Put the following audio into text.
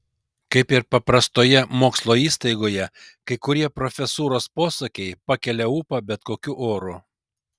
kaip ir paprastoje mokslo įstaigoje kai kurie profesūros posakiai pakelia ūpą bet kokiu oru